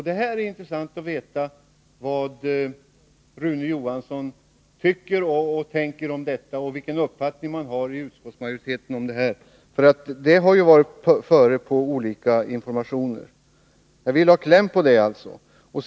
Det vore intressant att få veta vad Rune Johansson tycker om detta och vilken uppfattning utskottsmajoriteten har i denna fråga, som har varit före vid olika informationstillfällen. Jag vill alltså ha kläm på det.